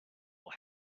will